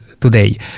today